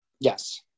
Yes